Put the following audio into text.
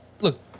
Look